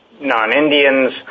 non-Indians